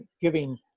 giving